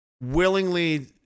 willingly